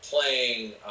playing